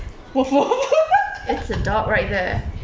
it's a dog right there